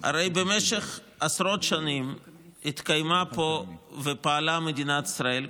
הרי במשך עשרות שנים התקיימה פה ופעלה מדינת ישראל,